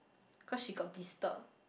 because she got blister